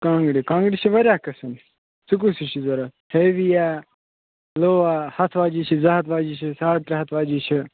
کانٛگٕرِ کانٛگٕرِ چھِ وارِیاہ قٕسمٕکۍ ژٕ کُس ہیٛوٗ چھُے ضروٗرَت ہیوِی یا لوٚو ہا ہَتھ واجیٚنۍ چھِ زٕ ہَتھ واجیٚنۍ چھِ ساڈ ترٛےٚ ہَتھ واجیٚنۍ چھِ